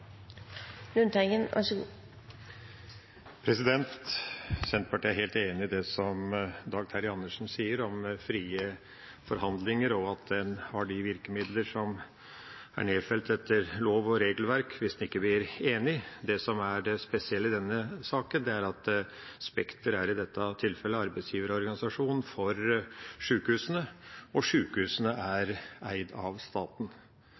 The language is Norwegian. helt enig i det som Dag Terje Andersen sier om frie forhandlinger og at en har de virkemidler som er nedfelt etter lov og regelverk, hvis en ikke blir enig. Det som er det spesielle i denne saken, er at Spekter i dette tilfellet er arbeidsgiverorganisasjon for sjukehusene, og sjukehusene er eid av staten,